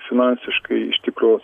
finansiškai iš tikro